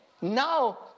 now